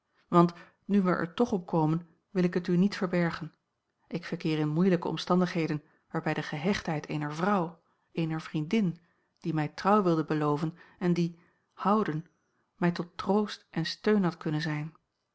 want nu wij er toch op komen wil ik het u niet verbergen ik verkeer in moeilijke omstandigheden waarbij de gehechtheid eener vrouw eener vriendin die mij trouw wilde beloven en die houden mij tot troost en steun had kunnen zijn